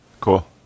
Cool